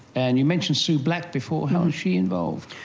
and you mentioned sue black before, how is she involved?